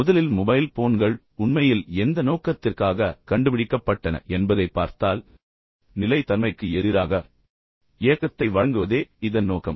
முதலில் மொபைல் போன்கள் உண்மையில் எந்த நோக்கத்திற்காக கண்டுபிடிக்கப்பட்டன என்பதைப் பார்த்தால் நிலைத்தன்மைக்கு எதிராக இயக்கத்தை வழங்குவதே இதன் நோக்கம்